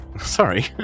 Sorry